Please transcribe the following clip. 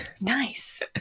nice